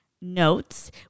notes